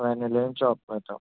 വാനിലയും ചോക്കളേറ്റോ